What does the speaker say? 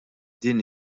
din